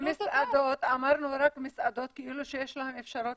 ומסעדות, אמרנו רק מסעדות, כאילו שיש להם אפשרות